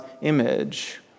image